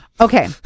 Okay